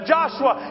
Joshua